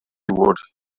would